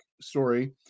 story